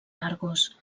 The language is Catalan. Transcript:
argos